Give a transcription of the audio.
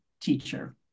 teacher